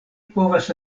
povas